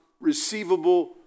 receivable